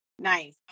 Nice